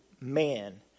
man